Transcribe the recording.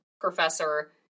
professor